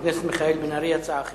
חבר הכנסת מיכאל בן-ארי, הצעה אחרת.